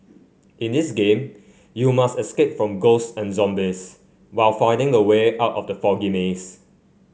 in this game you must escape from ghosts and zombies while finding a way out from the foggy maze